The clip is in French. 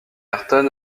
ayrton